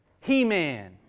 He-Man